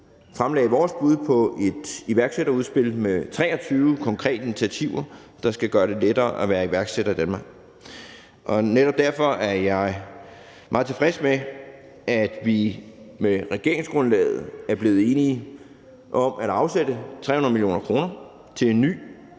fremlagde vores bud på et iværksætterudspil med 23 konkrete initiativer, der skal gøre det lettere at være iværksætter i Danmark, og netop derfor er jeg meget tilfreds med, at vi med regeringsgrundlaget er blevet enige om at afsætte 300 mio. kr. til en ny